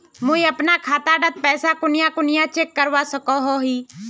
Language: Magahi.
मुई अपना खाता डात पैसा कुनियाँ कुनियाँ चेक करवा सकोहो ही?